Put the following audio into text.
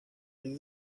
les